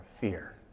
fear